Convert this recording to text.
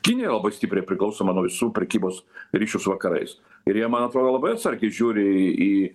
kinija labai stipriai priklausoma nuo visų prekybos ryšių su vakarais ir jie man atrodo labai atsargiai žiūri į